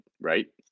right